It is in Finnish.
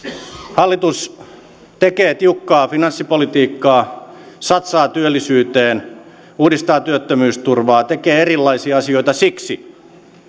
hallitus tekee tiukkaa finanssipolitiikkaa satsaa työllisyyteen uudistaa työttömyysturvaa tekee erilaisia asioita siksi